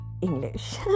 English